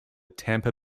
tampa